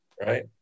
right